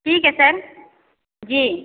ठीक है सर जी